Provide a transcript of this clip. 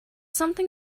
something